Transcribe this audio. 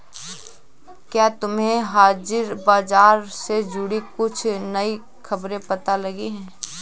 क्या तुम्हें हाजिर बाजार से जुड़ी कुछ नई खबरें पता लगी हैं?